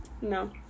no